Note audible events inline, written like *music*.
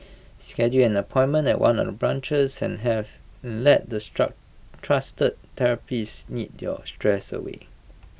schedule an appointment at one of the branches and have let the *unintelligible* trusted therapists knead your stress away